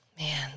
Man